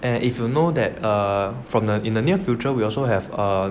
and if you know that err from there in the near future we also have err